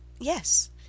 Yes